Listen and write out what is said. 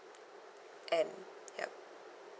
N yup